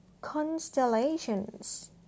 constellations